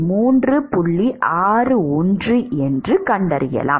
61 என்று கண்டறியலாம்